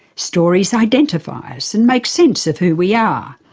stories identify us, and make sense of who we are.